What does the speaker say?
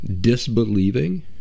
disbelieving